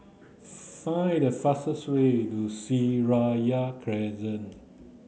find the fastest way to Seraya Crescent